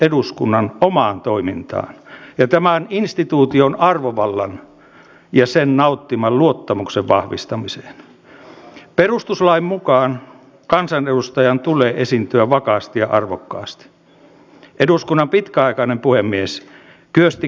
kun omalta elämän alueelta häviävät elämisen edellytykset vahvimmat lähtevät etsimään sitä uutta manteretta jonne pääsevät asettumaan ja myöhemmin pyrkivät saamaan perheen luokseen